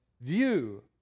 view